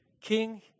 King